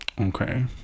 Okay